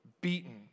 beaten